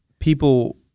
People